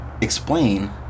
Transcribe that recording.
explain